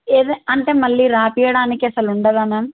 అంటే మళ్ళీ రాయించడానికి అసలు ఉండదా మ్యామ్